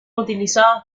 utilizadas